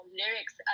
lyrics